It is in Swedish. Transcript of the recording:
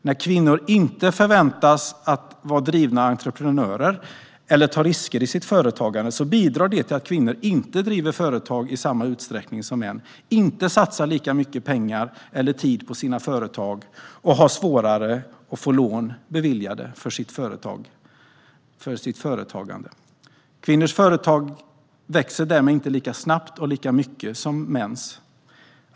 När kvinnor inte förväntas vara drivna entreprenörer eller ta risker i sitt företagande bidrar det till att kvinnor inte driver företag i samma utsträckning som män, inte satsar lika mycket pengar eller tid på sina företag och har svårare att få lån beviljade för sitt företagande. Kvinnors företag växer därmed inte lika snabbt och lika mycket som mäns.